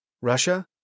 Russia